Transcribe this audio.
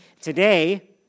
Today